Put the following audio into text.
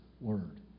word